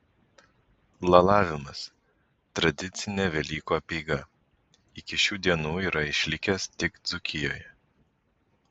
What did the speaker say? lalavimas tradicinė velykų apeiga iki šių dienų yra išlikęs tik dzūkijoje